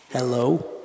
Hello